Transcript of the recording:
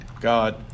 God